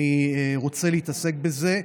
אני רוצה להתעסק בזה,